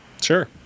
Sure